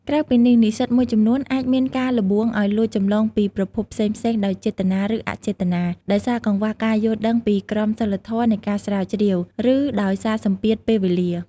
ក្រៅពីនេះ និស្សិតមួយចំនួនអាចមានការល្បួងឱ្យលួចចម្លងពីប្រភពផ្សេងៗដោយចេតនា ឬអចេតនា ដោយសារកង្វះការយល់ដឹងពីក្រមសីលធម៌នៃការស្រាវជ្រាវ ឬដោយសារសម្ពាធពេលវេលា។